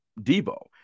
Debo